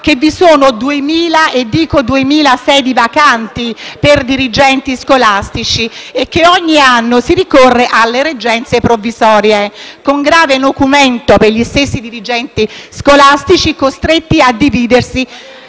che vi sono 2.000 sedi vacanti per dirigenti scolastici e che ogni anno si ricorre alle reggenze provvisorie, con grave nocumento per gli stessi dirigenti scolastici, costretti a dividersi